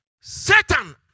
Satan